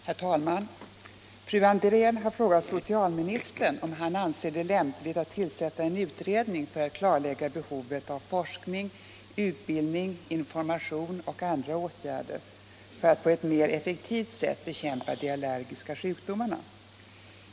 Herr talman! Fru Andrén har frågat socialministern om han anser det lämpligt att tillsätta en utredning för att klarlägga behovet av forskning, utbildning, information och andra åtgärder för att på ett mer effektivt sätt bekämpa de allergiska sjukdomarna.